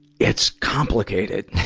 it's complicated.